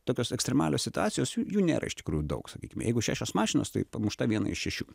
tokios ekstremalios situacijos jų jų nėra iš tikrųjų daug sakykime jeigu šešios mašinos tai pamušta viena iš šešių